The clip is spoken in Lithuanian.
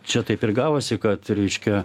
čia taip ir gavosi kad reiškia